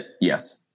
yes